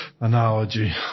analogy